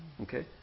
Okay